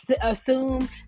assume